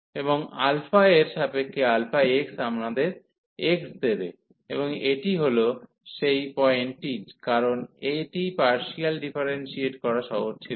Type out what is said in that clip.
এবং α এর সাপেক্ষে αx আমাদের x দেবে এবং এটিত হল সেই পয়েন্টটি কারণ এটি পার্সিয়ালি ডেফারেন্সিয়েট করা সহজ ছিল না